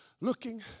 looking